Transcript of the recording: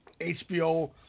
HBO